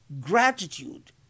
gratitude